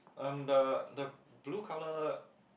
um the the blue colour